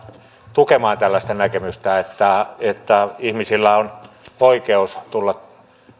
tukemaan tällaista näkemystä että että ihmisillä on oikeus tulla